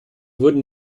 wurden